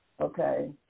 Okay